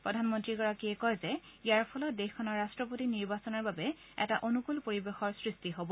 প্ৰদানমন্তীগৰাকীয়ে কয় যে ইয়াৰ ফলত দেশখনৰ ৰট্টপতি নিৰ্বাচনৰ বাবে এটা অনূকুল পৰিৱেশৰ সৃষ্টি হ'ব